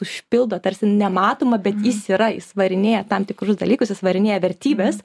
užpildo tarsi nematomą bet jis yra jis varinėja tam tikrus dalykus jis varinėja vertybes